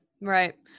right